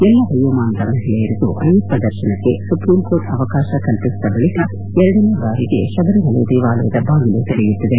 ಎಲ್ಲ ವಯೋಮಾನದ ಮಹಿಳೆಯರಿಗೂ ಅಯ್ಲಪ್ಪ ದರ್ಶನಕ್ಕೆ ಸುಪ್ರೀಂ ಕೋರ್ಟ್ ಅವಕಾಶ ಕಲ್ಪಿಸಿದ ಬಳಿಕ ಎರಡನೇ ಬಾರಿಗೆ ಶಬರಿ ಮಲೆ ಬಾಗಿಲು ತೆರೆಯುತ್ತಿದೆ